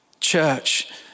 church